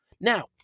Now